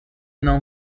known